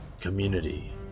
Community